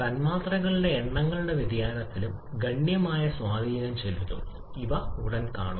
തന്മാത്രകളുടെ എണ്ണത്തിലുള്ള വ്യതിയാനവും ഗണ്യമായ സ്വാധീനം ചെലുത്തും ഉടൻ കാണും